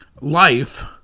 life